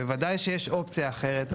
בוודאי שיש אופציה אחרת,